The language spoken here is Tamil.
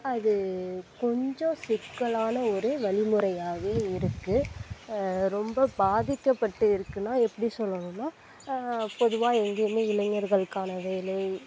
அது கொஞ்சம் சிக்கலான ஒரு வழிமுறையாகவே இருக்குது ரொம்ப பாதிக்கப்பட்டு இருக்குதுனா எப்படி சொல்லணும்னா பொதுவாக எங்கேயுமே இளைஞர்களுக்கான வேலை